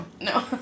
No